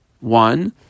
one